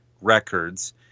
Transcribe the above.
records